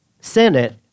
senate